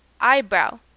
Eyebrow